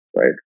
right